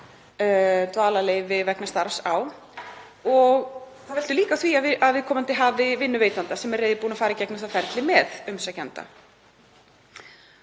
dvalarleyfi vegna, er á og það veltur líka á því að viðkomandi hafi vinnuveitanda sem er reiðubúinn að fara í gegnum það ferli með umsækjanda.